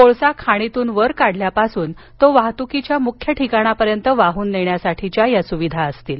कोळसा खाणीतून वर काढल्यापासून तो वाहतुकीच्या मुख्य ठिकाणापर्यंत वाहून नेण्यासाठीच्या या सुविधा असतील